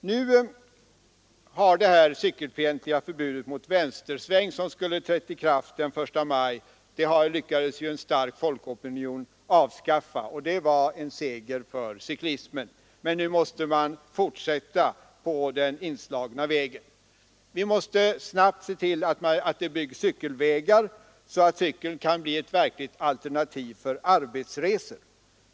Det cykelfientliga förbudet mot vänstersväng, som skulle ha trätt i kraft den 1 maj, lyckades ju en stark folkopinion avskaffa, och det var en seger för cyklismen. Men nu måste vi fortsätta på den inslagna vägen. Vi måste se till att snabbt bygga ut cykelvägarna, så att cykeln kan bli ett verkligt alternativ vid arbetsresor.